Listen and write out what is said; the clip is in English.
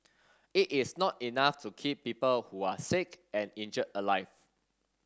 it is not enough to keep people who are sick and injured alive